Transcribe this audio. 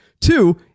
Two